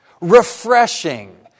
Refreshing